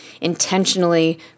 intentionally